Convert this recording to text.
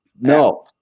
no